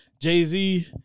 Jay-Z